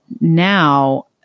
now